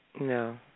No